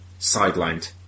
sidelined